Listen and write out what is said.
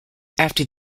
after